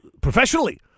professionally